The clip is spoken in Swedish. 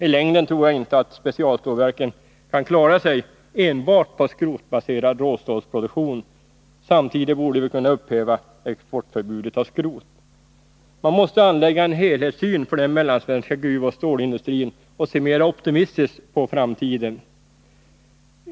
I längden tror jag inte att specialstålverken kan klara sig enbart på skrotbaserad råstålsproduktion. Samtidigt borde vi kunna upphäva exportförbudet för skrot. Man måste anlägga en helhetssyn på den mellansvenska gruvoch stålindustrin och se mera optimistiskt på framtiden.